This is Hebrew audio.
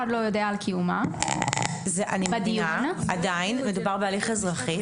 לא יודע על קיומה בדיון --- עדיין מדובר בהליך אזרחי.